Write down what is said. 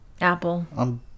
apple